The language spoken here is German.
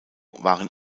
waren